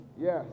yes